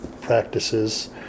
practices